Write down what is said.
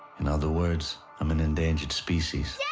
in other words, i'm an endangered species.